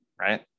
right